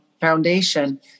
Foundation